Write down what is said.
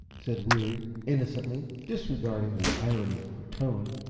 said weary, innocently, disregarding the irony of her tone.